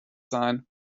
sein